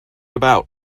about